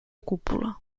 cúpula